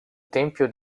tempio